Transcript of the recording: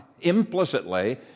implicitly